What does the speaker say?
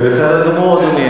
זה בסדר גמור, אדוני.